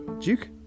Duke